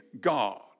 God